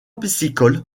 piscicole